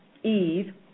Eve